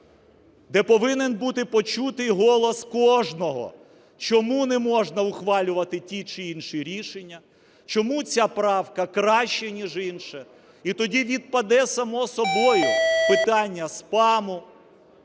де повинен бути почутий голос кожного, чому не можна ухвалювати ті чи інші рішення, чому ця правка краща ніж інша. І тоді відпаде само собою питання спаму,